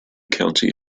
county